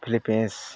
Philippines